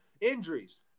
injuries